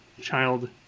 child